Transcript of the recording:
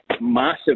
Massive